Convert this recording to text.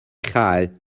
chau